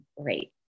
great